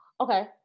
Okay